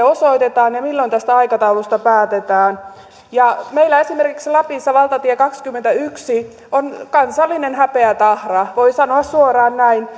osoitetaan ja milloin tästä aikataulusta päätetään meillä esimerkiksi lapissa valtatie kaksikymmentäyksi on kansallinen häpeätahra voi sanoa suoraan näin